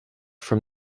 from